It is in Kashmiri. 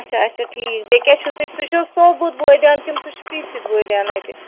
اچھا اچھا ٹھیٖک بیٚیہِ کیاہ چھُو تۄہہِ سُہ چھُو سوبود بٲدیان کِنہٕ سُہ چھُ پیٖسِتھ بٲدیان اَتہِ